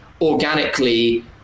organically